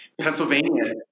Pennsylvania